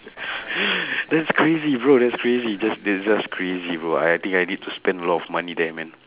that's crazy bro that's crazy just this just crazy bro I think I need to spend a lot of money there man